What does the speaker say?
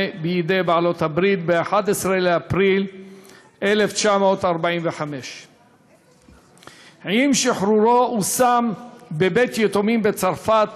בידי בעלות-הברית ב-11 באפריל 1945. עם שחרורו הושם בבית-יתומים בצרפת